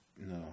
no